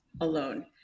alone